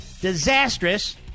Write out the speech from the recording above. disastrous